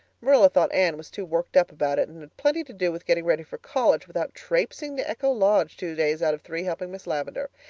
marilla thought anne was too worked up about it and had plenty to do with getting ready for college without traipsing to echo lodge two days out of three helping miss lavendar.